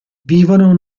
vivono